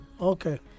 Okay